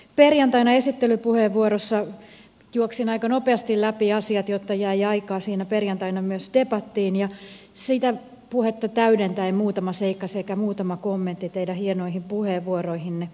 perjantaina esittelypuheenvuorossa juoksin aika nopeasti läpi asiat jotta jäi aikaa myös debattiin ja sitä puhetta täydentäen muutama seikka sekä muutama kommentti teidän hienoihin puheenvuoroihinne